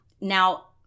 Now